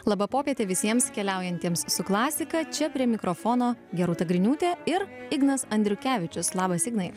laba popietė visiems keliaujantiems su klasika čia prie mikrofono gerūta griniūtė ir ignas andriukevičius labas ignai